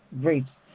great